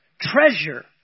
treasure